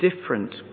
different